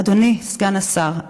אדוני סגן השר,